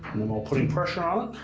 meanwhile putting pressure on,